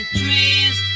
trees